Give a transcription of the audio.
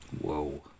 Whoa